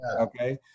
Okay